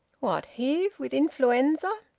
what? heve? with influenza?